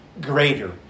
greater